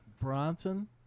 Bronson